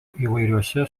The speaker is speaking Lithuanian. įvairiuose